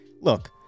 Look